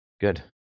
Good